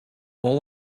all